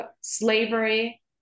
slavery